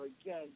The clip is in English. again